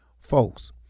Folks